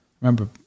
Remember